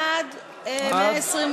עד 128,